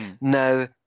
Now